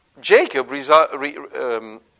Jacob